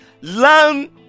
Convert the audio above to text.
learn